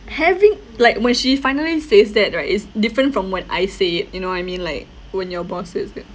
having like when she finally says that right is different from when I say it you know what I mean like when your boss says that